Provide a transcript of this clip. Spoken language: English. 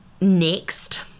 Next